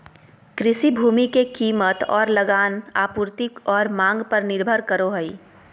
कृषि भूमि के कीमत और लगान आपूर्ति और मांग पर निर्भर करो हइ